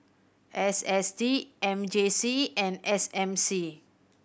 S S T M J C and S M C